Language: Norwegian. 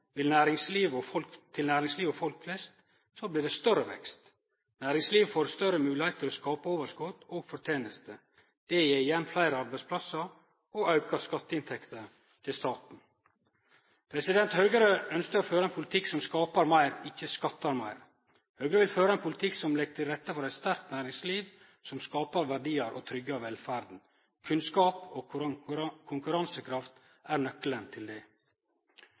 vil øydeleggje moglegheitene for å skape velferd. Historia viser at dersom ein set ned skattane til næringslivet og folk flest, blir det større vekst. Næringslivet får større moglegheit til å skape overskot og forteneste. Det gjev igjen fleire arbeidsplassar og auka skatteinntekter til staten. Høgre ønskjer å føre ein politikk som skapar meir, ikkje skattar meir. Høgre vil føre ein politikk som legg til rette for eit sterkt næringsliv, som skapar verdiar og tryggjer velferda. Kunnskap og konkurransekraft er nøkkelen til det.